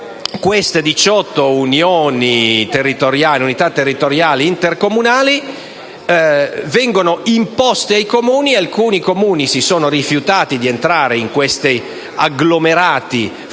queste 18 Unità territoriali intercomunali vengono imposte ai Comuni. Alcuni Comuni si sono rifiutati di entrare in questi agglomerati forzosi